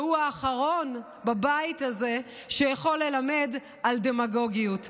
והוא האחרון בבית הזה שיכול ללמד על דמגוגיות.